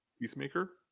Peacemaker